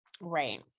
Right